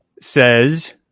says